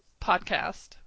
podcast